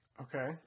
okay